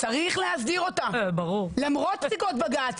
צריך להסדיר אותה, למרות פסיקות בג"ץ.